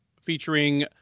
featuring